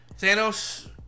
thanos